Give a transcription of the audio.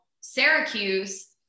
Syracuse